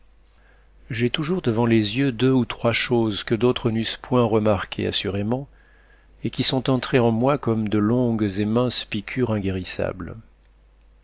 j'ai toujours devant les yeux deux ou trois choses que d'autres n'eussent point remarquées assurément et qui sont entrées en moi comme de longues et minces piqûres inguérissables